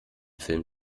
film